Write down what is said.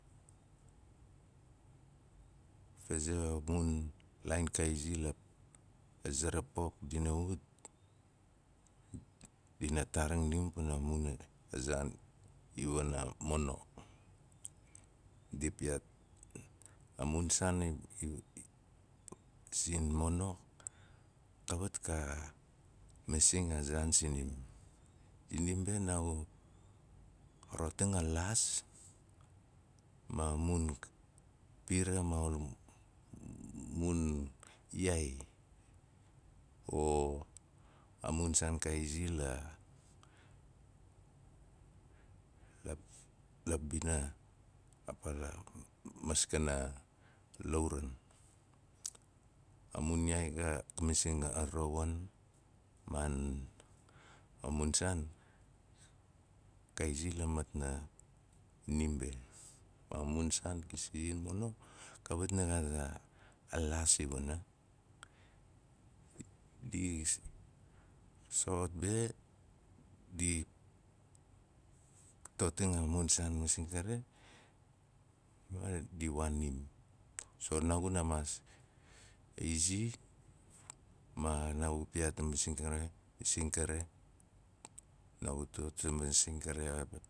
Fasei a mun laain ka izila la ze ra pop dina ut, dina faaring nim pana a zaan i wana mono. Di piyaat a mun saan sin mono kawat ka masing a zaan sinim. Sinim be naagu rotang a laas ma amun pira ma ol mun yaai o a mun saan ka izi la- la bina la maskana lauran. A mun yaai xa masing a rouwan man amun saan, ka izi la matna nim be. Ma a mun saan ki- sila mono kawat na gaat a- a laas iwana. Di soot be di toting a mun saan masing kare ma di waan nim. So naaguna maas izi maa naagu piyaat masing kare masing kare, naagu totsim masing kare